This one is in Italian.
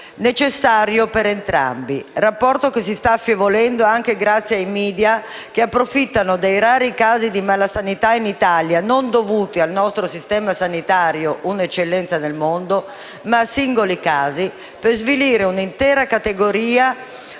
necessario per entrambi. È un rapporto che si sta affievolendo anche grazie ai *media,* che approfittano dei rari casi di malasanità in Italia, non dovuti al nostro sistema sanitario - un'eccellenza nel mondo - ma a singoli casi, per svilire un'intera categoria